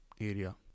area